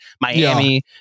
Miami